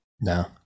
No